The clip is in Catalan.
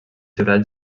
detalls